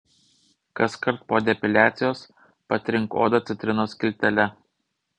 kaskart po depiliacijos patrink odą citrinos skiltele